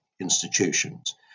institutions